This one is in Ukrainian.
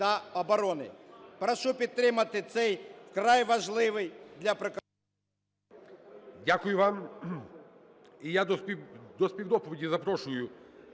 Дякую вам.